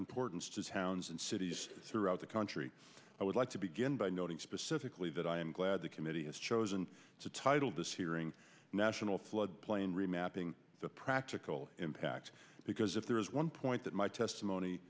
importance to towns and cities throughout the country i would like to begin by noting specifically that i am glad the committee has chosen to title this hearing national flood plain remapping the practical impact because if there is one point that my testimony